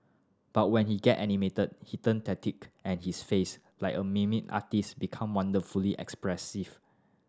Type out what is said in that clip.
but when he get animated he turn and his face like a artist's become wonderfully expressive